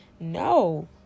No